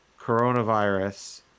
coronavirus